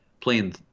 playing